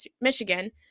Michigan